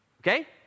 okay